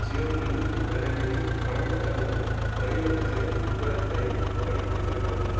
Jio money வேலெட்டின் கடந்தகால பரிவர்த்தனை விவரத்தை படித்துக் காட்டவும்